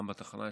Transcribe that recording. גם בתחנה שם.